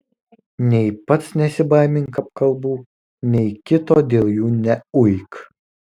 nei pats nesibaimink apkalbų nei kito dėl jų neuik